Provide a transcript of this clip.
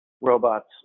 robots